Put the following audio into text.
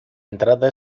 entrada